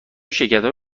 شرکتهای